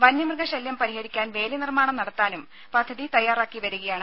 വന്യമ്യഗശല്യം പരിഹരിക്കാൻ വേലി നിർമ്മാണം നടത്താനും പദ്ധതി തയ്യാറാക്കി വരികയാണ്